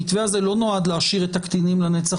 המתווה הזה לא נועד להשאיר את הקטינים לנצח